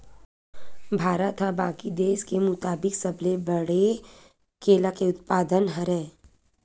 भारत हा बाकि देस के मुकाबला सबले बड़े केला के उत्पादक हरे